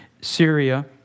Syria